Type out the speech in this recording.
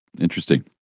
Interesting